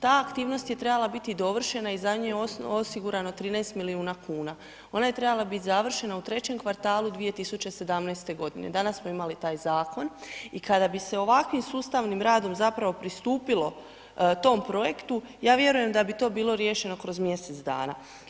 Ta aktivnost je trebala biti dovršena i za nju je osigurano 13 milijuna kuna, ona je trebala biti završena u 3 kvartalu 2017. godine, danas smo imali taj zakon i kada bi se ovakvim sustavnim radom zapravo pristupilo tom projektu, ja vjerujem da bi to bilo riješeno kroz mjesec dana.